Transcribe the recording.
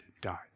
died